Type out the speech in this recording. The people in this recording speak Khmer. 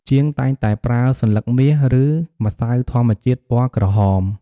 ជាងតែងតែប្រើសន្លឹកមាស ឬ ម្សៅធម្មជាតិពណ៌ក្រហម។